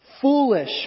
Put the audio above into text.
Foolish